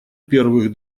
первых